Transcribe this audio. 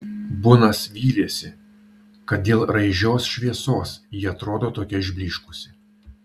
bunas vylėsi kad dėl raižios šviesos ji atrodo tokia išblyškusi